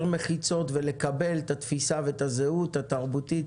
מחיצות ולקבל את התפיסה ואת הזהות התרבותית